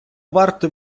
варто